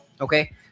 okay